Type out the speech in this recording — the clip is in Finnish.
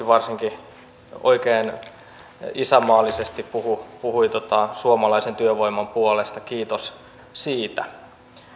varsinkin myllykoski oikein isänmaallisesti puhui suomalaisen työvoiman puolesta kiitos siitä